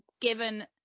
given